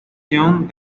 dirección